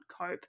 cope